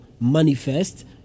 Manifest